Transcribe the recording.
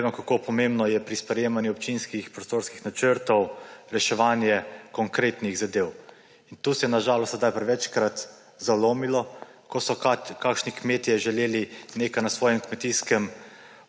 vemo, kako pomembno je pri sprejemanju občinskih prostorskih načrtov reševanje konkretnih zadev. Tu se je na žalost prevečkrat zalomilo, ko so kakšni kmetje želeli nekaj na svojem kmetijskem